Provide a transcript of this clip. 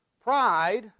Pride